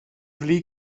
flin